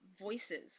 voices